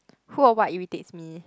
who or what irritates me